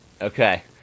Okay